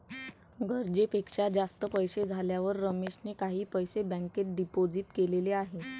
गरजेपेक्षा जास्त पैसे झाल्यावर रमेशने काही पैसे बँकेत डिपोजित केलेले आहेत